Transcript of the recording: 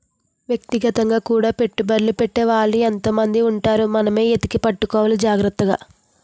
వ్యక్తిగతంగా కూడా పెట్టుబడ్లు పెట్టే వాళ్ళు ఎంతో మంది ఉంటారు మనమే ఎతికి పట్టుకోవాలి జాగ్రత్తగా